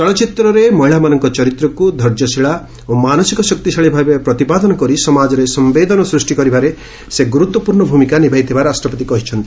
ଚଳଚ୍ଚିତ୍ରରେ ମହିଳାମାନଙ୍କ ଚରିତ୍ରକୁ ଧୈର୍ଯ୍ୟଶୀଳା ଓ ମାନସିକ ଶକ୍ତିଶାଳୀ ଭାବେ ପ୍ରତିପାଦନ କରି ସମାଜରେ ସମ୍ଭେଦନ ସୃଷ୍ଟି କରିବାରେ ସେ ଗୁରୁତ୍ୱପୂର୍ଣ୍ଣ ଭୂମିକା ନିଭାଇଥିବା ରାଷ୍ଟପତି କହିଛନ୍ତି